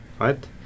right